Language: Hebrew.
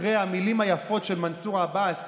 אחרי המילים היפות של מנסור עבאס